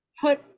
put